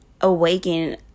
awaken